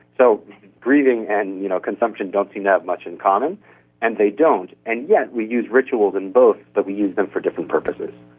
so grieving and you know consumption don't seem to have much in common and they don't, and yet we use rituals in both, but we use them for different purposes.